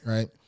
Right